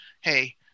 hey